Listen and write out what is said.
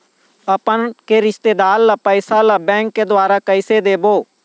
अपन के रिश्तेदार ला पैसा ला बैंक के द्वारा कैसे देबो?